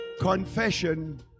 Confession